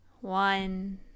One